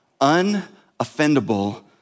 unoffendable